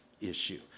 issue